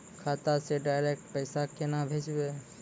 खाता से डायरेक्ट पैसा केना भेजबै?